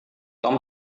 tom